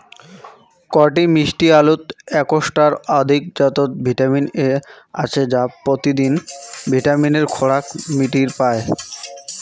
কটি মিষ্টি আলুত একশ টার অধিক জাতত ভিটামিন এ আছে যা পত্যিদিন ভিটামিনের খোরাক মিটির পায়